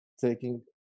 taking